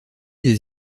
des